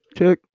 Check